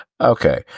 okay